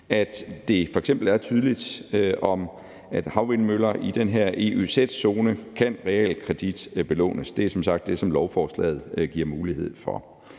at det er tydeligt, at havvindmøller i den her EØZ-zone kan realkreditbelånes – det er som sagt det, som lovforslaget giver mulighed for